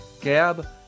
Gab